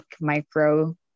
micro